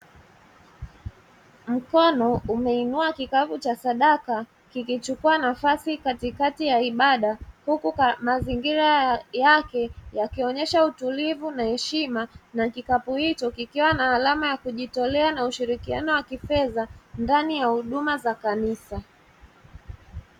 Mkono umeinua kikapu cha sadaka kikichukua nafasi katikati ya ibada, huku mazingira yake yakionyesha utulivu na heshima na kikapu hicho kikiwa na alama ya kujitolea na ushirikiano wa kifedha ndani ya huduma za kanisa.